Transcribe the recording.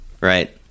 Right